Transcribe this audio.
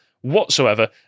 whatsoever